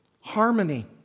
Harmony